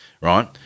Right